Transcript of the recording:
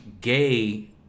gay